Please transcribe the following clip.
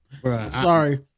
Sorry